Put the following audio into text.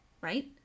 right